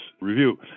Review